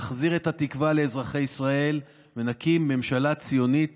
נחזיר את התקווה לאזרחי ישראל ונקים ממשלה ציונית